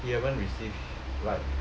he haven't receive like